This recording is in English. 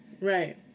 Right